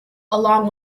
along